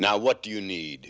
now what do you need